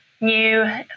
new